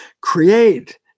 create